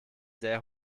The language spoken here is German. sehr